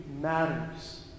matters